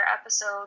episode